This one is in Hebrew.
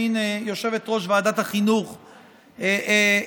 הינה, יושבת-ראש ועדת החינוך הצטרפה.